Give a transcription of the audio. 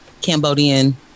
cambodian